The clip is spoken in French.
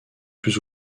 plus